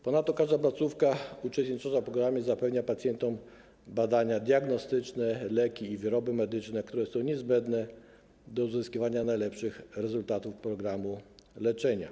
Ponadto każda placówka uczestnicząca w programie zapewnia pacjentom badania diagnostyczne, leki i wyroby medyczne, które są niezbędne do uzyskiwania najlepszych rezultatów programu leczenia.